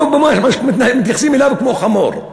מתייחסים אליו כמו לחמור.